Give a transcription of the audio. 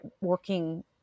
working